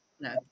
no